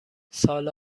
سال